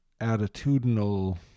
attitudinal